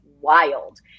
Wild